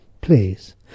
Please